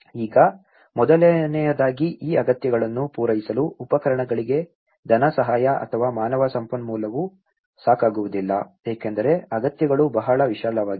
ಈಗ ಮೊದಲನೆಯದಾಗಿ ಈ ಅಗತ್ಯಗಳನ್ನು ಪೂರೈಸಲು ಉಪಕರಣಗಳಿಗೆ ಧನಸಹಾಯ ಅಥವಾ ಮಾನವ ಸಂಪನ್ಮೂಲವು ಸಾಕಾಗುವುದಿಲ್ಲ ಏಕೆಂದರೆ ಅಗತ್ಯಗಳು ಬಹಳ ವಿಶಾಲವಾಗಿವೆ